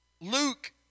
Luke